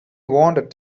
wanted